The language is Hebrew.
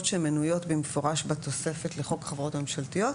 שמנויות במפורש בתוספת לחוק החברות הממשלתיות,